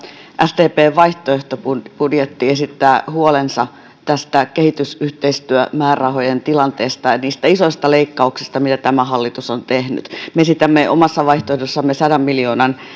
sdp n vaihtoehtobudjetti esittää huolensa kehitysyhteistyömäärärahojen tilanteesta ja niistä isoista leikkauksista mitä tämä hallitus on tehnyt me esitämme omassa vaihtoehdossamme sadan miljoonan